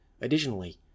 Additionally